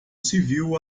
civil